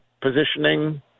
positioning